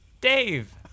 Dave